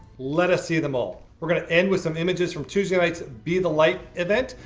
let us see them all. we're going to end with some images from tuesday night's be the light event.